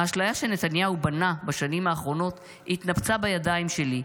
האשליה שנתניהו בנה בשנים האחרונות התנפצה בידיים שלי,